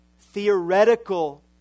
theoretical